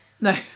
No